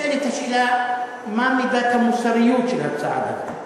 נשאלת השאלה מה מידת המוסריות של הצעת החוק.